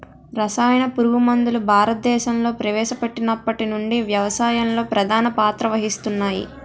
రసాయన పురుగుమందులు భారతదేశంలో ప్రవేశపెట్టినప్పటి నుండి వ్యవసాయంలో ప్రధాన పాత్ర వహిస్తున్నాయి